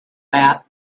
that